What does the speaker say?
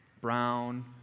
brown